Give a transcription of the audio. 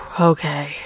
okay